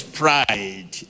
pride